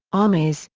armies,